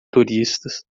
turistas